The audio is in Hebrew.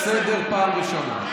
אני קורא אותך לסדר פעם ראשונה.